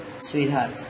sweetheart